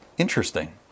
interesting